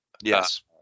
Yes